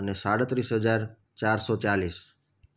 અને સાડત્રીસ હજાર ચારસો ચાલીસ